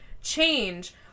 change